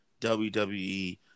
WWE